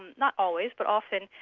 not always, but often,